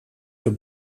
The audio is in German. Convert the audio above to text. für